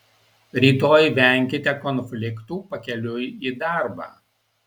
rytoj venkite konfliktų pakeliui į darbą